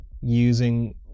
using